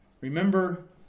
remember